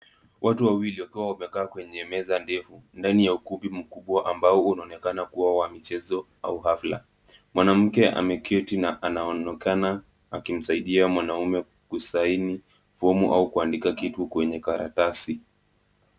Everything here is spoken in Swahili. Watu wawili wakiwa wamekaa kwenye meza ndefu ndani ya ukumbi mkubwa ambao unaonekana kuwa wa michezo au hafla. Mwanamke ameketi na anaonekana akimsaidia mwanaume kusaini fomu au kuandika kitu kwenye karatasi.